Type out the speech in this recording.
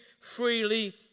freely